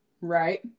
right